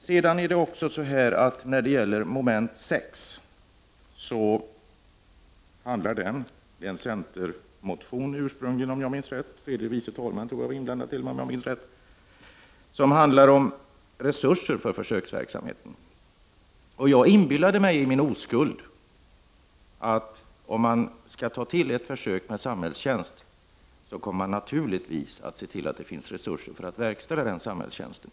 Mom. 6 behandlar en fråga som ursprungligen väckts i en centermotion, om jag minns rätt var t.o.m. tredje vice talman Bertil Fiskesjö inblandad, som handlar om resurser för försöksverksamheten. Jag inbillade mig i min oskuld att om man skall starta ett försök med samhällstjänst kommer man naturligtvis att se till att det finns resurser att verkställa den samhällstjänsten.